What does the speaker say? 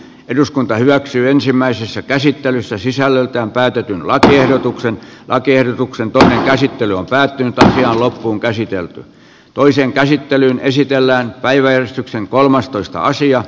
eduskunta hyväksyy ensimmäisessä käsittelyssä sisällöltään päätetyn laatan ehdotuksen pakerruksen pääkäsittely on päättynyt ja loppuunkäsitelty toisen käsittelyn esitellään päiväjärjestyksen kolmastoista sija